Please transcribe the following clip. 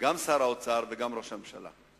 שר האוצר וגם לידיעת ראש הממשלה.